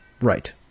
Right